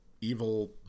evil